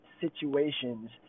situations